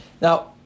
Now